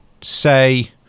say